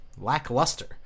lackluster